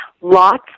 Lots